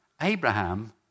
Abraham